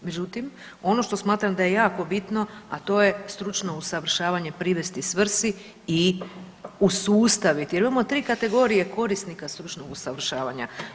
Međutim, ono što smatram da je jako bitno, a to je stručno usavršavanje privesti svrsi i usustaviti jer imamo tri kategorije korisnika stručnog usavršavanja.